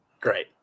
Great